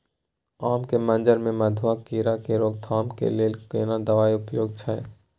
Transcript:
आम के मंजर में मधुआ कीरा के रोकथाम के लेल केना दवाई उपयुक्त छै?